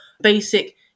basic